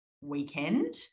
weekend